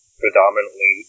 predominantly